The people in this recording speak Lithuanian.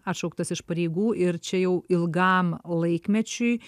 atšauktas iš pareigų ir čia jau ilgam laikmečiui